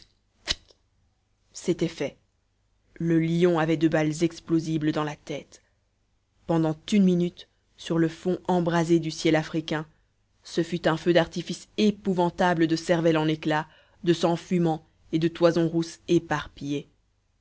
c'était fait le lion avait deux balles explosibles dans la tête pendant une minute sur le fond embrasé du ciel africain ce fut un feu d'artifice épouvantable de cervelle en éclats de sang fumant et de toison rousse éparpillée